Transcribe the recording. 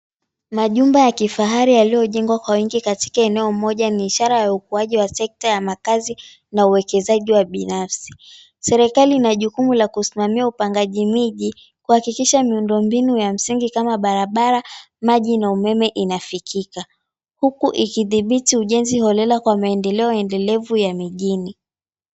Majumba ya kifahari yaliyojengwa kwa wingi katika eneo moja ni ishara ya ukuaji wa sekta ya makazi na uwekezaji wa binafsi. Serikali ina jukumu la kusimamia upangaji miji kuhakikisha miundombinu ya msingi kama barabara, maji na umeme inafikika huku ikidhibiti ujenzi holela kwa maendeleo endelevu ya mijini.